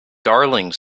darling